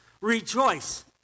Rejoice